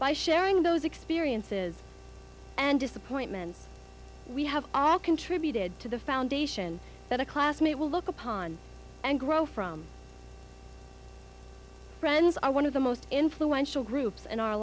by sharing those experiences and disappointments we have all contributed to the foundation that a classmate will look upon and grow from friends are one of the most influential groups and our